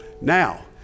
Now